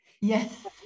yes